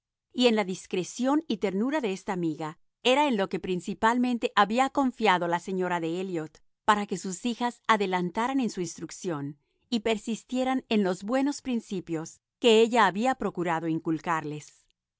y en la discreción y ternura de esta amiga era en lo que principalmente había confiado la señora de elliot para que sus hijas adelantaran en su instrucción y persistieran en los buenos principios que ella habíu procurado inculcarles esta